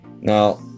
Now